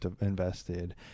invested